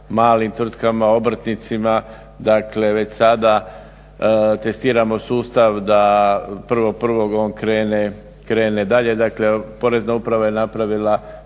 malim tvrtkama, obrtnicima, dakle već sada testiramo sustav da 1.1. on krene dalje. Dakle, Porezna uprava je napravila